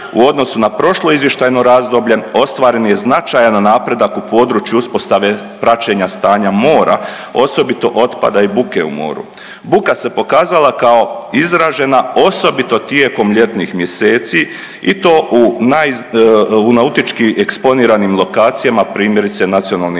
U odnosu na prošlo izvještajno razdoblje ostvaren je značajan napredak u području uspostave praćenja stanja mora osobito otpada i buke u moru. Buka se pokazala kao izražena osobito tijekom ljetnih mjeseci i to u nautički eksponiranim lokacijama primjerice Nacionalni park